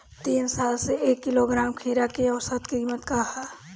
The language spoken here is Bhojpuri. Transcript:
तीन साल से एक किलोग्राम खीरा के औसत किमत का ह?